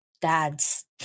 dad's